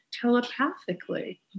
telepathically